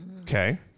Okay